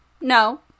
no